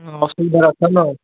ଅସୁବିଧା ଆଉ